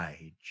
age